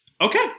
okay